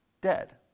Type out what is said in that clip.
dead